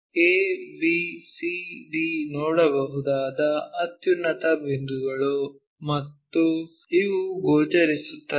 A B C D ನೋಡಬಹುದಾದ ಅತ್ಯುನ್ನತ ಬಿಂದುಗಳು ಮತ್ತು ಇವು ಗೋಚರಿಸುತ್ತವೆ